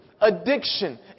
addiction